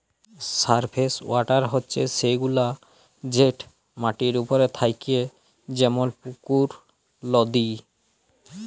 surface water হছে সেগুলা যেট মাটির উপরে থ্যাকে যেমল পুকুর, লদী